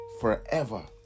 forever